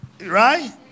right